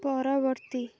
ପରବର୍ତ୍ତୀ